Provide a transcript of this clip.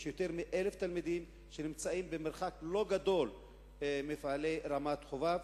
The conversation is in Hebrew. יש יותר מ-1,000 תלמידים שנמצאים במרחק לא גדול ממפעלי רמת-חובב.